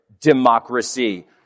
democracy